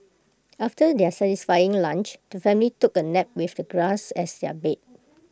after their satisfying lunch the family took A nap with the grass as their bed